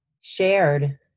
shared